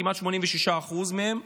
כמעט 86% מהם,